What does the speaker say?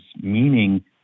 meaning